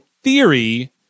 Theory